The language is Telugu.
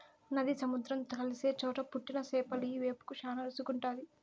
నది, సముద్రం కలిసే చోట పుట్టిన చేపలియ్యి వేపుకు శానా రుసిగుంటాది